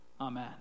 Amen